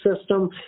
system